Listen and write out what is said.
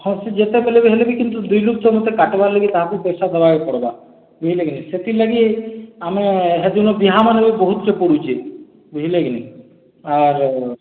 ହଁ ସେ ଯେତେ କଲେ ହେଲେ ବି କିନ୍ତୁ ଦୁଇ ଲୁକ୍ ତ ମୋତେ କାଟିବାର୍ ଲାଗି କାହାକୁ ପଇସା ଦେବାକୁ ପଡ଼ିବ ବୁଝିଲେ କି ନାଇଁ ସେଥିର୍ଲାଗି ଆମେ ସେଦିନ ବିହାମାନେ ବି ବହୁତ୍ଟେ ପଡ଼ୁଛି ବୁଝିଲେକି ନାଇଁ ଆର୍